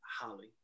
Holly